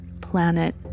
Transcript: planet